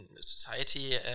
society